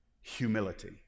Humility